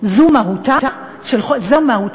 לא גינתה במובן של גידופים,